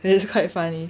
it's quite funny